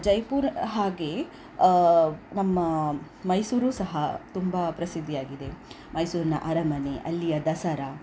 ಜೈಪುರ್ ಹಾಗೇ ನಮ್ಮ ಮೈಸೂರೂ ಸಹ ತುಂಬ ಪ್ರಸಿದ್ಧಿಯಾಗಿದೆ ಮೈಸೂರಿನ ಅರಮನೆ ಅಲ್ಲಿಯ ದಸರಾ